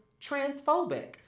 transphobic